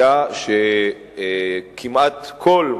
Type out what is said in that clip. היה שכמעט כל,